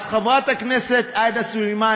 אז חברת הכנסת עאידה סלימאן,